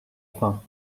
fin